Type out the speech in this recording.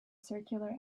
circular